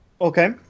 Okay